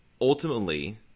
ultimately